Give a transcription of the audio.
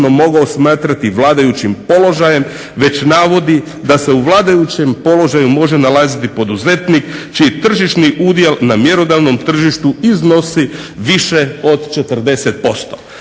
mogao smatrati vladajućim položajem već navodi da se u vladajućem položaju može nalazi poduzetnik čiji tržišni udio na mjerodavnom tržištu iznosi više od 40%.